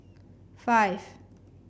five